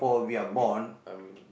I mean I mean